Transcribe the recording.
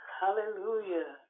hallelujah